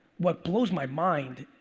what blows my mind,